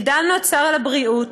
הגדלנו את סל הבריאות